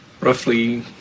Roughly